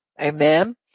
Amen